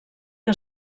que